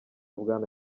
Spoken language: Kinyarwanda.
bwana